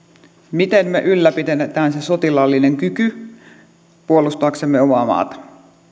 miten me ylläpidämme sen sotilaallisen kyvyn puolustaaksemme omaa maatamme